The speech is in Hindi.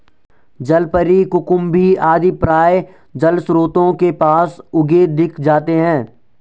जलपरी, कुकुम्भी आदि प्रायः जलस्रोतों के पास उगे दिख जाते हैं